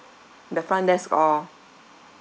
the front desk or